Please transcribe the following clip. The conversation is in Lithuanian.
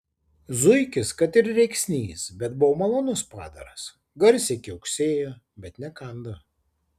zuikis kad ir rėksnys bet buvo malonus padaras garsiai kiauksėjo bet nekando